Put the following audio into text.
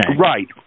Right